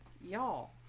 y'all